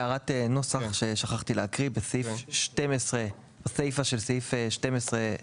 הערת נוסח ששכחתי להקריא: בסייפה של סעיף 12,